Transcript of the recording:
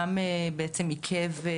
גם בעצם עיכב.